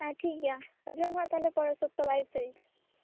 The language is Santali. ᱦᱮᱸ ᱴᱷᱤᱠ ᱜᱮᱭᱟ ᱦᱤᱡᱩᱜᱼᱟᱢ ᱦᱟᱸᱜ ᱛᱟᱦᱮᱞᱮ ᱯᱚᱨᱮᱨ ᱥᱚᱯᱛᱟᱦᱚ ᱵᱟᱭᱤᱥ ᱛᱟᱹᱨᱤᱠᱷ